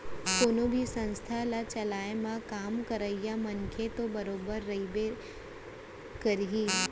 कोनो भी संस्था ल चलाए म काम करइया मनसे तो बरोबर रहिबे करही